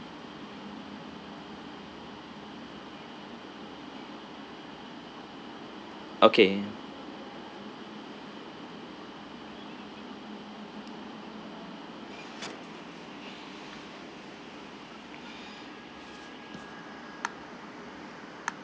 okay